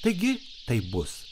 taigi taip bus